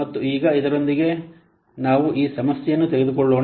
ಮತ್ತು ಈಗ ಇದರೊಂದಿಗೆ ಈಗ ನಾವು ಈ ಸಮಸ್ಯೆಯನ್ನು ತೆಗೆದುಕೊಳ್ಳೋಣ